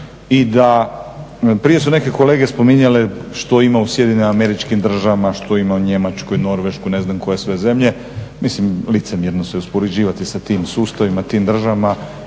i da, prije su neki kolege spominjali što ima u SAD-u, što ima u Njemačkoj, Norveškoj, ne znam koje sve zemlje, mislim licemjerno se je uspoređivati sa tim sustavima, tim državama